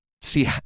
see